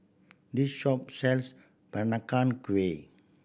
this shop sells Peranakan Kueh